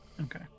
Okay